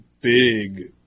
big